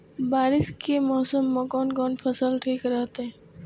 बारिश के मौसम में कोन कोन फसल ठीक रहते?